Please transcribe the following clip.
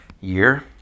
year